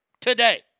today